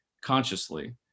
consciously